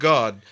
God